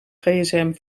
gsm